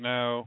Now